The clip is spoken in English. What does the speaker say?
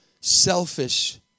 selfish